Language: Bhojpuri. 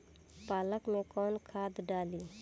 पालक में कौन खाद डाली?